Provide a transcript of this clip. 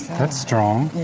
that's strong.